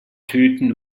töten